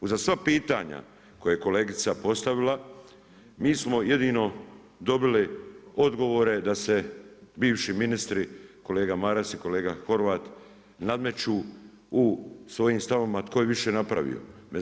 Uza sva pitanja koja je kolegica postavila mi smo jedino dobili odgovore da se bivši ministri, kolega Maras i kolega Horvat nadmeću u svojim stavovima tko je više napravio.